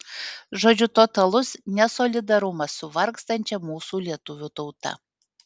žodžiu totalus nesolidarumas su vargstančia mūsų lietuvių tauta